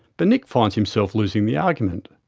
but nick finds himself losing the argument.